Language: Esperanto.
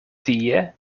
tie